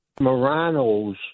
Morano's